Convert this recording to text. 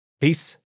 Peace